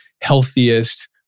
healthiest